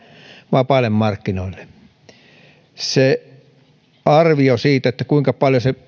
vapaille markkinoille arvio siitä kuinka paljon se